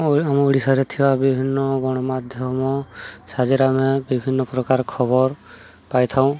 ଆମ ଓଡ଼ିଶାରେ ଥିବା ବିଭିନ୍ନ ଗଣମାଧ୍ୟମ ସାହାଯ୍ୟରେ ଆମେ ବିଭିନ୍ନ ପ୍ରକାର ଖବର ପାଇଥାଉ